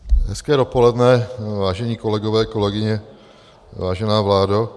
Hezké dopoledne, vážení kolegové, kolegyně, vážená vládo.